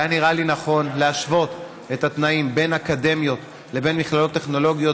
היה נראה לי נכון להשוות את התנאים בין אקדמיות לבין מכללות טכנולוגיות,